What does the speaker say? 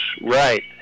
right